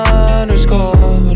underscore